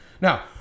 Now